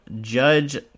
judge